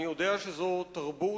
אני יודע שזו תרבות,